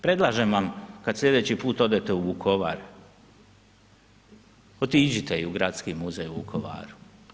Predlažem vam, kad sljedeći put odete u Vukovar, otiđite i u Gradski muzej u Vukovaru.